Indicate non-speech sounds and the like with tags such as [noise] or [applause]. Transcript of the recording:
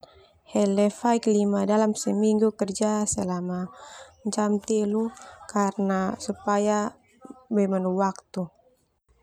[noise] Hele faik lima dalam seminggu kerja, selama jam telu, karena supaya be manu waktu. [noise]